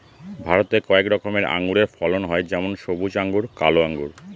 ভারতে কয়েক রকমের আঙুরের ফলন হয় যেমন সবুজ আঙ্গুর, কালো আঙ্গুর